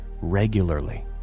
regularly